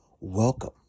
welcome